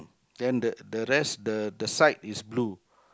then the the rest the the side is blue